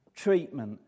treatment